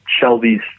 Shelby's